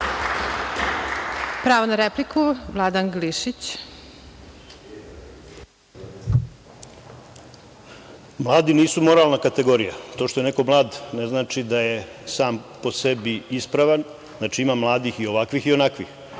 Glišić. Izvolite. **Vladan Glišić** Mladi nisu moralna kategorija. To što je neko mlad, ne znači da je sam po sebi ispravan, znači ima mladih i ovakvih i onakvih.